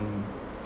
mm